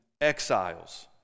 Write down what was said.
exiles